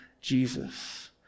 Jesus